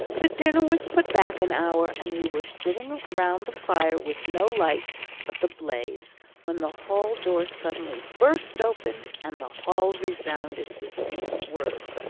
the dinner was put back an hour, and we were sitting round the fire with no light but the blaze when the hall-door suddenly burst open and the hall resounded with these words,